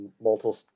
multiple